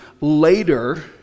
later